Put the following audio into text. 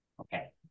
Okay